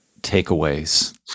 takeaways